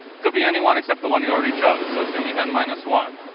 could be anyone except the one you already chose, so it's going to be n minus one.